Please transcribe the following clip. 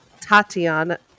tatiana